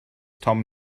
tom